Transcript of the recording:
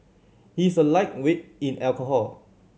he is a lightweight in alcohol